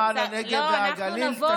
למען הנגב והגליל, תשכימו.